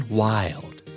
wild